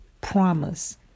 Promise